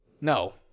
No